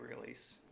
release